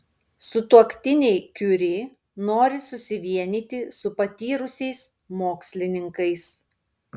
sutuoktiniai kiuri nori susivienyti su patyrusiais mokslininkais